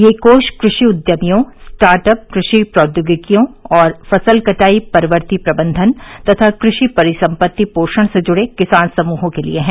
ये कोष कृषि उद्यमियों स्टार्ट अप कृषि प्रौद्योगिकियों और फसल कटाई परवर्तीप्रबंधन तथा कृषि परिसम्पत्ति पोषण से जुडे किसान समूहों के लिए हैं